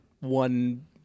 one